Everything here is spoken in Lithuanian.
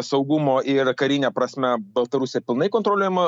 saugumo ir karine prasme baltarusija pilnai kontroliuojama